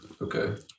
Okay